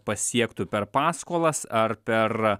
pasiektų per paskolas ar per